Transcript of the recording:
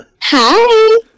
Hi